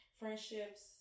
friendships